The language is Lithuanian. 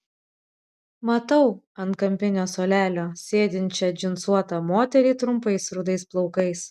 matau ant kampinio suolelio sėdinčią džinsuotą moterį trumpais rudais plaukais